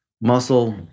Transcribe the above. muscle